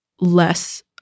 less